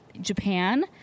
Japan